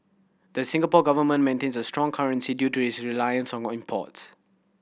the Singapore Government maintains a strong currency due to its reliance on imports